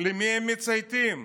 למי הם מצייתים,